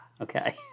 okay